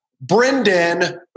Brendan